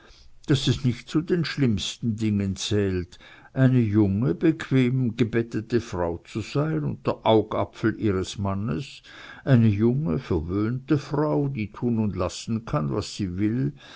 daß es nicht zu den schlimmsten dingen zählt eine junge bequem gebettete frau zu sein und der augapfel ihres mannes eine junge verwöhnte frau die tun und lassen kann was sie will